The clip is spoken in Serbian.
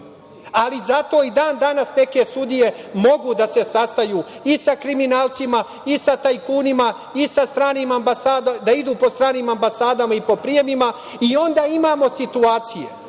Ali, zato i dan danas neke sudije mogu da se sastaju i sa kriminalcima i sa tajkunima i da idu po stranim ambasadama i po prijemima i onda imamo situacije